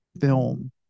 film